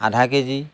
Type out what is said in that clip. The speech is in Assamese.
আধা কে জি